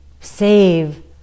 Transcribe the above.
save